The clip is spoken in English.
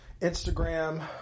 Instagram